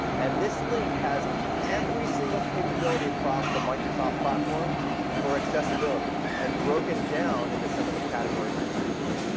and this link has every single capability across the microsoft platform for accessibility and broken down into some of the categories you see here.